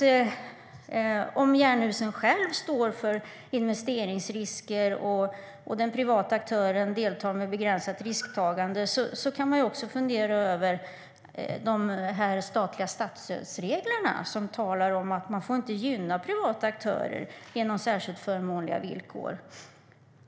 Om Jernhusen själv står för investeringsrisker och den privata aktören deltar med begränsat risktagande kan vi också fundera över statsstödsreglerna, som talar om att man inte får gynna privata aktörer genom särskilt förmånliga villkor.